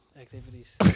activities